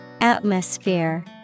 Atmosphere